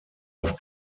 auf